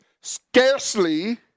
scarcely